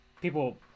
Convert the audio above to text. people